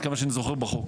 עד כמה שאני זוכר בחוק,